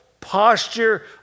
posture